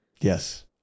Yes